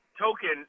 token